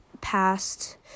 past